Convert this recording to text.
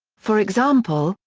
for example,